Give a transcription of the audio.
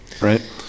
right